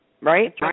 Right